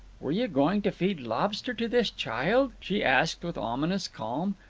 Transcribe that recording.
were you going to feed lobster to this child? she asked with ominous calm.